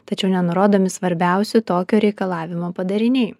tačiau nenurodomi svarbiausi tokio reikalavimo padariniai